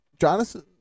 Jonathan